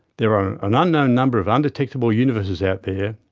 there are an unknown number of undetectable universes out there,